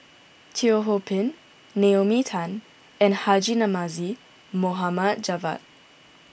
Teo Ho Pin Naomi Tan and Haji Namazie Mohd Javad